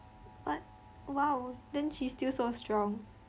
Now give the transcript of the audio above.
what !wow! then she's still so strong